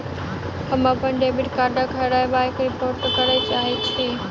हम अप्पन डेबिट कार्डक हेराबयक रिपोर्ट करय चाहइत छि